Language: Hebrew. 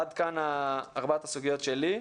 עד כאן ארבע הסוגיות שלי.